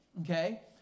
Okay